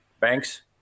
banks